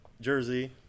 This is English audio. jersey